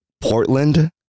Portland